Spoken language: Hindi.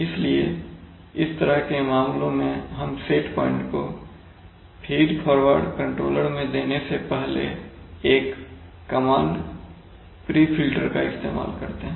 इसलिए इस तरह के मामलों में हम सेट प्वाइंट को फ़ीड फॉरवर्ड कंट्रोलर में देने से पहले एक कमांड प्री फिल्टर का इस्तेमाल करते हैं